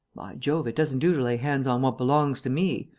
jove, it doesn't do to lay hands on what belongs to me!